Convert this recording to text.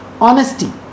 Honesty